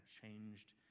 changed